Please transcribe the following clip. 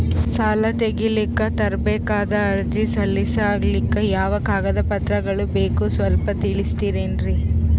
ಸಾಲ ತೆಗಿಲಿಕ್ಕ ತರಬೇಕಾದ ಅರ್ಜಿ ಸಲೀಸ್ ಆಗ್ಲಿಕ್ಕಿ ಯಾವ ಕಾಗದ ಪತ್ರಗಳು ಬೇಕು ಸ್ವಲ್ಪ ತಿಳಿಸತಿರೆನ್ರಿ?